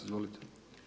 Izvolite.